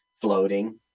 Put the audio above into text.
Floating